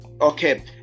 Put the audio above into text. Okay